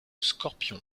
scorpion